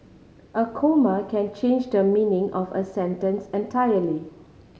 a comma can change the meaning of a sentence entirely